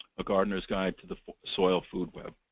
a gardener's guide to the soil food web.